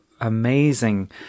amazing